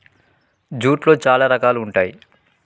జూట్లో చాలా రకాలు ఉంటాయి